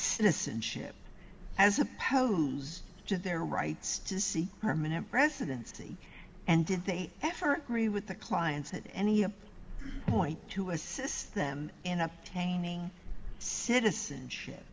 innocent ship as opposed to their rights to see permanent residency and did they ever agree with the clients at any point to assist them in obtaining citizenship